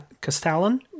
Castellan